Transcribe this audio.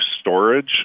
storage